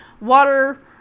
water